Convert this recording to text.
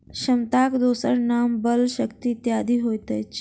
क्षमताक दोसर नाम बल, शक्ति इत्यादि होइत अछि